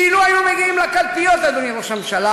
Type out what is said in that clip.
אילו היו מגיעים לקלפיות, אדוני ראש הממשלה,